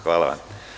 Hvala vam.